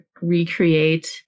recreate